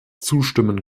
zustimmen